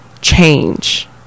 change